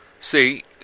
see